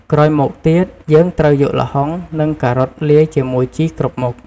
ក្រោយមកទៀត យើងត្រូវយកល្ហុង និងការ៉ុតលាយជាមួយជីគ្រប់មុខ។